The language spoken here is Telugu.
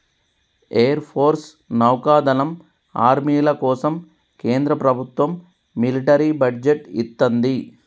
ఎయిర్ ఫోర్స్, నౌకాదళం, ఆర్మీల కోసం కేంద్ర ప్రభత్వం మిలిటరీ బడ్జెట్ ఇత్తంది